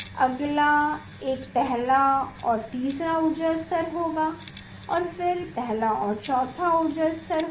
अगला एक पहला और तीसरा ऊर्जा स्तर होगा फिर अगला पहला और चौथा ऊर्जा स्तर होगा